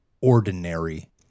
ordinary